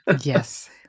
Yes